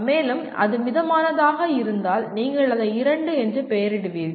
மேலும் அது மிதமானதாக இருந்தால் நீங்கள் அதை 2 என பெயரிடுவீர்கள்